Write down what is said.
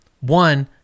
One